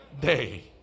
day